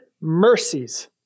mercies